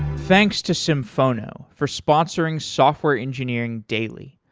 thanks to symphono for sponsoring software engineering daily.